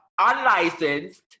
unlicensed